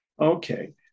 Okay